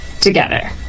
together